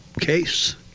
case